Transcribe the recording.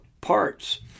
parts